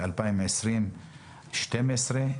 ב-2020 הוגשו 12 כתבי אישום,